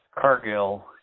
Cargill